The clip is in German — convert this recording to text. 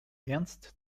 ernst